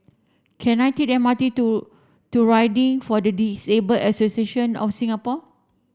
can I take the M R T to to Riding for the Disable Association of Singapore